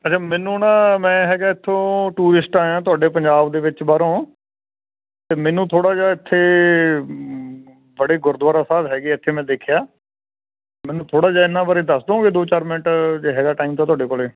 ਅੱਛਾ ਮੈਨੂੰ ਨਾ ਮੈਂ ਹੈਗਾ ਇੱਥੋਂ ਟੂਰਿਸਟ ਆਇਆਂ ਤੁਹਾਡੇ ਪੰਜਾਬ ਦੇ ਵਿੱਚ ਬਾਹਰੋਂ ਅਤੇ ਮੈਨੂੰ ਥੋੜ੍ਹਾ ਜਿਹਾ ਇੱਥੇ ਬੜੇ ਗੁਰਦੁਆਰਾ ਸਾਹਿਬ ਹੈਗੇ ਇੱਥੇ ਮੈਂ ਦੇਖਿਆ ਮੈਨੂੰ ਥੋੜ੍ਹਾ ਜਿਹਾ ਇਹਨਾਂ ਬਾਰੇ ਦੱਸ ਦਉਗੇ ਦੋ ਚਾਰ ਮਿੰਟ ਜੇ ਹੈਗਾ ਟਾਈਮ ਤਾਂ ਤੁਹਾਡੇ ਕੋਲ